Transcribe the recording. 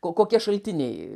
ko kokie šaltiniai